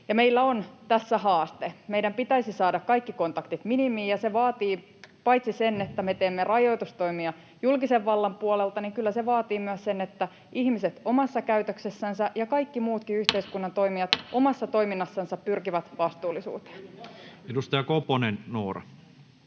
meillä on tässä haaste. Meidän pitäisi saada kaikki kontaktit minimiin, ja se vaatii paitsi sen, että me teemme rajoitustoimia julkisen vallan puolelta, niin kyllä se vaatii myös sen, että ihmiset omassa käytöksessänsä ja kaikki muutkin yhteiskunnan toimijat omassa toiminnassansa pyrkivät vastuullisuuteen. [Jani Mäkelä: